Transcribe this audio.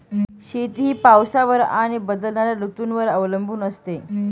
शेती ही पावसावर आणि बदलणाऱ्या ऋतूंवर अवलंबून असते